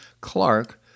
Clark